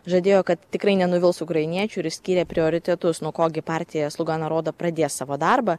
žadėjo kad tikrai nenuvils ukrainiečių ir išskyrė prioritetus nuo ko gi partija sluga naroda pradės savo darbą